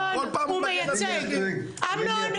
אמנון,